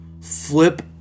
flip